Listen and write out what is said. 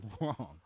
wrong